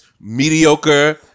mediocre-